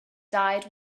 died